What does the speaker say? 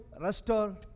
restore